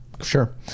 Sure